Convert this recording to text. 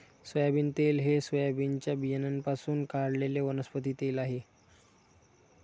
soybean तेल हे सोयाबीनच्या बियाण्यांपासून काढलेले वनस्पती तेल आहे